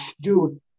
dude